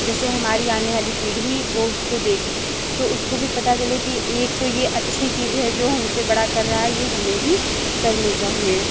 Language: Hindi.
जैसे हमारी आने वाली पीढ़ी वो उसको देखे तो उसको भी पता चले कि एक कोई ये अच्छी चीज़ है जो हमसे बड़ा कर रहा है ये हमें भी करनी चाहिए